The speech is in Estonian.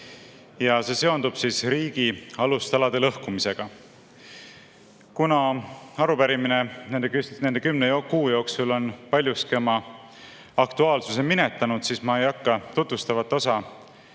ja see seondub riigi alustalade lõhkumisega. Kuna arupärimine on nende kümne kuu jooksul paljuski oma aktuaalsust minetanud, siis ei hakka ma tutvustavat osa